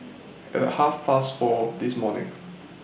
At Half Past four This morning